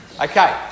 Okay